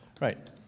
Right